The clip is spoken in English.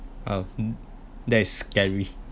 oh mm that is scary